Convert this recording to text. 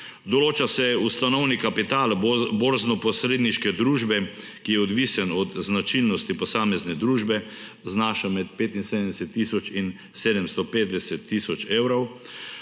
določa se ustanovni kapital borznoposredniške družbe, ki je odvisen od značilnosti posamezne družbe, znaša med 75 tisoč in 750 tisoč evrov;